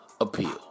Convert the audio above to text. appeal